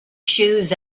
shoes